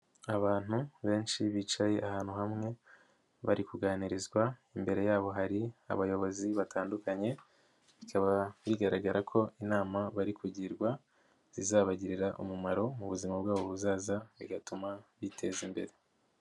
Abantu benshi bicaye ahantu hamwe bari kuganirizwa. Imbere yabo hari abayobozi batandukanye, bikaba bigaragara ko inama bari kugirwa zizabagirira umumaro mu buzima bwabo buzaza, bigatuma biteza imbere.